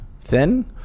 thin